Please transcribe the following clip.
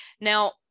Now